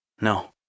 No